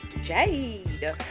Jade